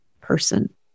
person